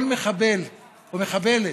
כל מחבל, או מחבלת,